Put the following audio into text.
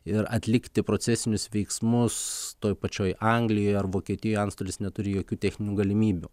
ir atlikti procesinius veiksmus toj pačioj anglijoj ar vokietijoj antstolis neturi jokių techninių galimybių